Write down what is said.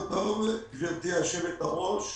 בוקר טוב, גברתי היושבת-ראש,